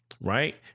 right